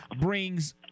brings –